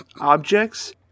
objects